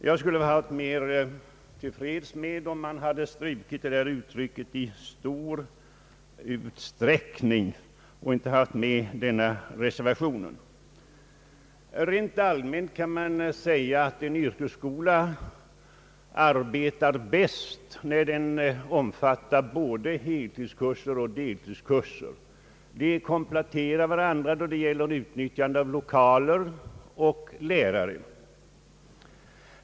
Jag skulle ha varit mera till freds, om man hade strukit uttrycket »i stor utsträckning» och inte haft den i reservationen. Rent allmänt kan man säga, att en yrkesskola arbetar bäst när den omfattar både yrkeskurser och deltidskurser. De kompletterar varandra när det gäller utnyttjandet av lokaler och lärare.